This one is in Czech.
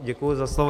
Děkuji za slovo.